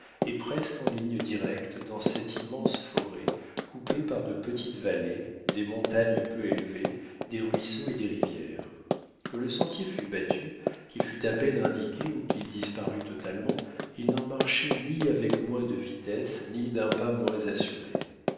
et presque en ligne directe dans cette immense foret coupée par de petites vallées des montagnes peu élevées des ruisseaux et des rivières que le sentier fût battu qu'il fût à peine indiqué ou qu'il disparût totalement il n'en marchait ni avec moins de vitesse ni d'un pas moins assuré